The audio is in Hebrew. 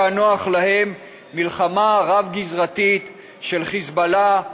הנוח להם מלחמה רב-גזרתית של חיזבאללה,